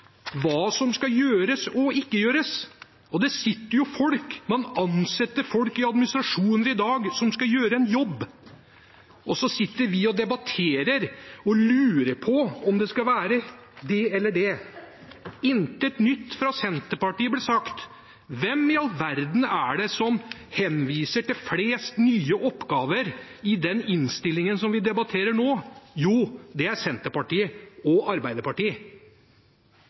hva som skal gjøres og ikke gjøres. Det sitter folk, og man ansetter folk, i administrasjonen i dag som skal gjøre en jobb – og så sitter vi og debatterer og lurer på om det skal være det eller det. Intet nytt fra Senterpartiet, ble det sagt. Hvem i all verden er det som henviser til flest nye oppgaver i den innstillingen som vi debatterer nå? Jo, det er Senterpartiet og Arbeiderpartiet.